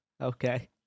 Okay